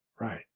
Right